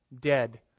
dead